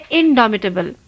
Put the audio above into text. indomitable